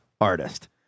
artist